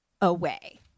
away